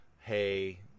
hey